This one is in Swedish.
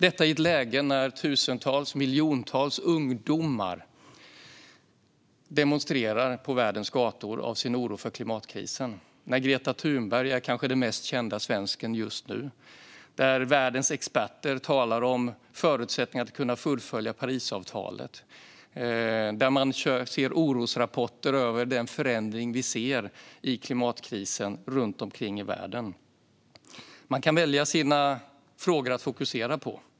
Detta är i ett läge där miljontals ungdomar demonstrerar på världens gator av oro för klimatkrisen. Greta Thunberg är den kanske mest kända svensken just nu. Världens experter talar om förutsättningarna att följa Parisavtalet, och vi ser orosrapporter över den ökande klimatkrisen runt omkring i världen. Man kan välja sina frågor att fokusera på.